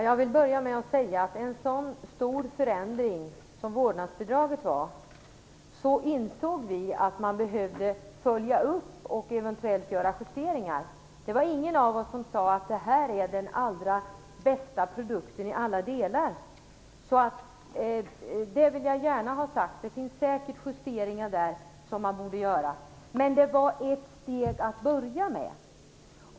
Fru talman! Vårdnadsbidraget var en stor förändring. Vi insåg att det behövde följas upp och att justeringar eventuellt skulle behöva göras. Ingen av oss sade att detta var den bästa produkten i alla delar. Jag vill gärna ha sagt att det säkert finns justeringar som borde göras. Detta var dock ett steg att börja med.